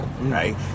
right